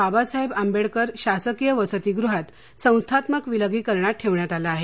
बाबासाहेब आंबेडकर शासकीय वसतिगृहात संस्थात्मक विलगीकरणात ठेवण्यात आलं आहे